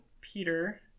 peter